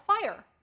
fire